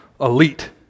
elite